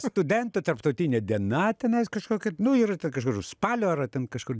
studentų tarptautinė diena tenais kažkokia nu ir ten kažkur spalio ar ten kažkur